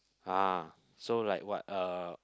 ah so like what uh